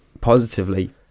positively